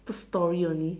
put story only